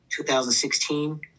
2016